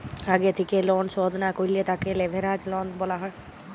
আগে থেক্যে লন শধ না করলে তাকে লেভেরাজ লন বলা হ্যয়